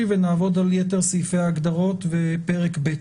ונעבוד על יתר סעיפי ההגדרות ועל פרק ב'.